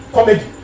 Comedy